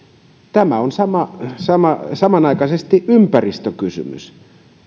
tämä on samanaikaisesti ympäristökysymys